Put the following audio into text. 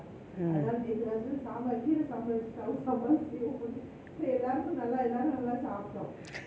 ah